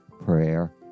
prayer